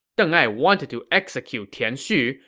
deng ai wanted to execute tian xu,